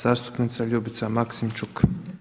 Zastupnica Ljubica Maksimčuk.